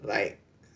like